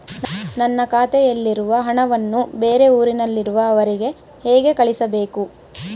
ನನ್ನ ಖಾತೆಯಲ್ಲಿರುವ ಹಣವನ್ನು ಬೇರೆ ಊರಿನಲ್ಲಿರುವ ಅವರಿಗೆ ಹೇಗೆ ಕಳಿಸಬೇಕು?